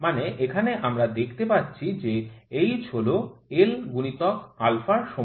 মানে এখানে আমরা দেখতে পাচ্ছি যে h হল L গুণিতক α এর সমান